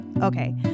Okay